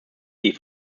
die